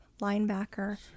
linebacker